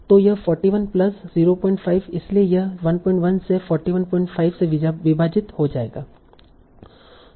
तों यह 41 प्लस 05 इसलिए यह 11 से 415 से विभाजित हो जाएगा